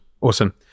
Awesome